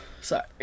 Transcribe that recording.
Sorry